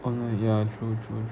online ya true true